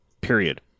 period